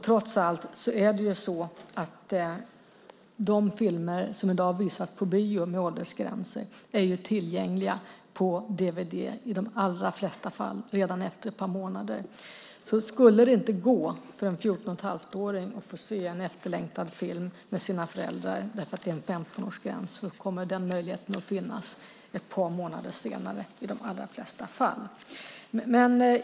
Trots allt är de filmer som i dag visas på bio med åldersgränser i de allra flesta fall tillgängliga på dvd redan efter ett par månader. Och skulle det inte gå för en 14 1⁄2-åring att få se en efterlängtad film tillsammans med sina föräldrar därför att det finns en 15-årsgräns kommer den möjligheten i de allra flesta fall att finnas ett par månader senare.